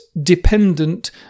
dependent